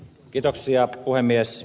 kiitoksia puhemies